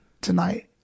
tonight